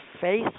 face